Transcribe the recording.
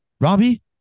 Robbie